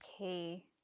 okay